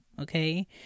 okay